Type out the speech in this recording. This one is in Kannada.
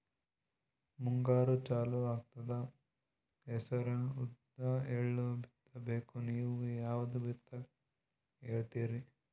ಮುಂಗಾರು ಚಾಲು ಆಗ್ತದ ಹೆಸರ, ಉದ್ದ, ಎಳ್ಳ ಬಿತ್ತ ಬೇಕು ನೀವು ಯಾವದ ಬಿತ್ತಕ್ ಹೇಳತ್ತೀರಿ?